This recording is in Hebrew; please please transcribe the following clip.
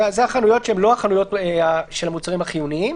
לא פחות מארבעה אנשים,